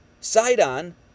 Sidon